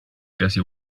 gussie